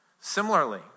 Similarly